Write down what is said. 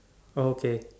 okay